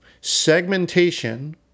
Segmentation